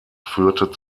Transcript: führte